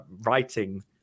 writing